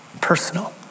personal